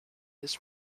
this